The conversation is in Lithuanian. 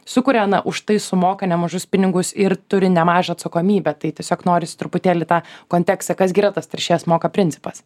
sukuria na už tai sumoka nemažus pinigus ir turi nemažą atsakomybę tai tiesiog norisi truputėlį tą kontekstą kas gi yra tas teršėjas moka principas